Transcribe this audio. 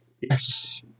Yes